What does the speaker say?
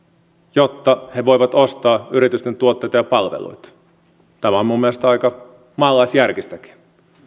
jotta he voivat ostaa yritysten tuotteita ja palveluita tämä on minun mielestäni aika maalaisjärkistäkin